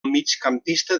migcampista